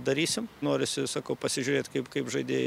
darysim norisi sakau pasižiūrėt kaip kaip žaidėjai